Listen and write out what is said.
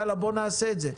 יאללה, בואו נעשה את זה.